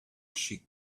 she